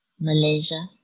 Malaysia